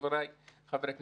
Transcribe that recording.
חבריי חברי הכנסת.